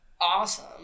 awesome